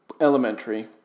elementary